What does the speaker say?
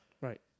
Right